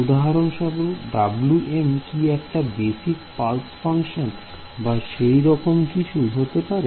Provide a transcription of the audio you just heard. উদাহরণস্বরূপ Wm কি একটা বেসিক পালস ফাংশন বা সেই রকম কিছু হতে পারে